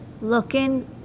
Looking